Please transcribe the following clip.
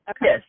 Yes